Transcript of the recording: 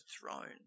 throne